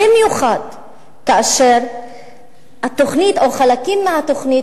במיוחד כאשר התוכנית או חלקים מהתוכנית